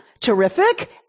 terrific